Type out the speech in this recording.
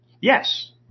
Yes